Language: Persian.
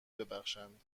ببخشند